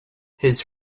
his